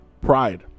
Pride